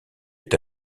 est